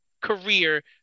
career